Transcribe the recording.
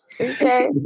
Okay